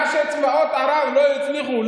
מה שצבאות ערב לא הצליחו,